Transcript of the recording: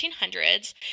1800s